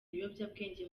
ibiyobyabwenge